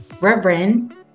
Reverend